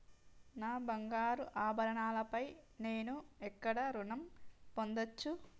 నా బంగారు ఆభరణాలపై నేను ఎక్కడ రుణం పొందచ్చు?